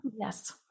Yes